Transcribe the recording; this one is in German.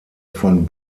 von